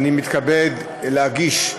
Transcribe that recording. אני מתכבד להגיש,